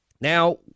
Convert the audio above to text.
Now